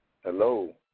Hello